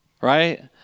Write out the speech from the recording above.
right